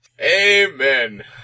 Amen